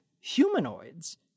humanoids